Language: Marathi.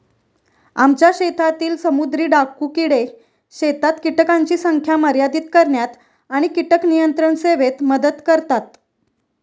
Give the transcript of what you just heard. आमच्या शेतातील समुद्री डाकू किडे शेतात कीटकांची संख्या मर्यादित करण्यात आणि कीटक नियंत्रण सेवेत मदत करतात